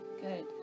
Good